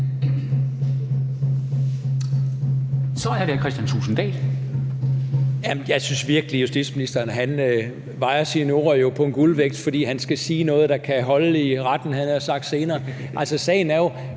Kl. 13:30 Kristian Thulesen Dahl (DF): Jeg synes virkelig, justitsministeren vejer sine ord på en guldvægt, fordi han skal sige noget, der kan holde i retten, havde jeg nær sagt, senere. Altså, sagen er jo,